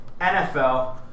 NFL